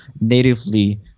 natively